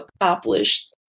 accomplished